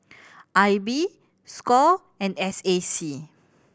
I B score and S A C